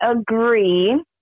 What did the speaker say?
agree